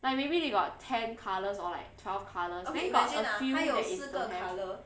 like maybe they got ten colors or like twelve colours then got a few that is don't have